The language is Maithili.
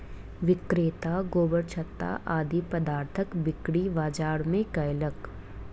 विक्रेता गोबरछत्ता आदि पदार्थक बिक्री बाजार मे कयलक